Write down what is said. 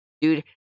Dude